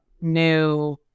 new